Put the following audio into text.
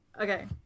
Okay